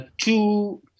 two